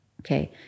okay